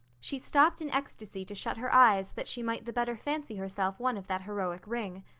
she stopped in ecstasy to shut her eyes that she might the better fancy herself one of that heroic ring.